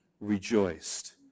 rejoiced